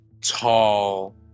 tall